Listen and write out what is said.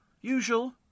Usual